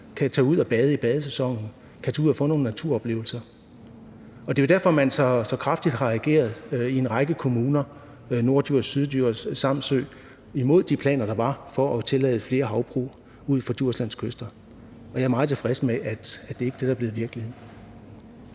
kan tage ud og bade i badesæsonen, kan tage ud og få nogle naturoplevelser. Det er jo derfor, man har reageret så kraftigt i en række kommuner – Norddjurs Kommune, Syddjurs Kommune, Samsø Kommune – imod de planer, der var om at tillade flere havbrug ud for Djurslands kyster. Jeg er meget tilfreds med, at det ikke er det, der er blevet virkelighed.